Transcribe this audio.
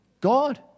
God